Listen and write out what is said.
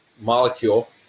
molecule